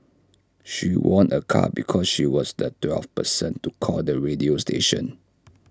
she won A car because she was the twelfth person to call the radio station